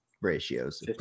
ratios